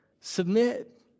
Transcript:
Submit